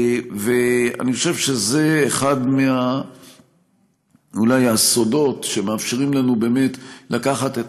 ואני חושב שזה אחד מהסודות שמאפשרים לנו לקחת את